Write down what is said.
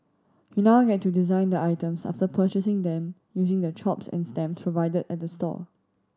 you now get to design the items after purchasing them using the chops and stamp provided at the store